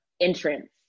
entrance